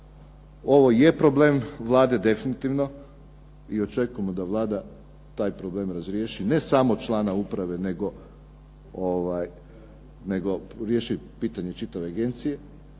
Ovo je problem Vlade definitivno, i očekujemo da Vlada taj problem razriješi, ne samo člana uprave, nego riješi pitanje čitave agencije,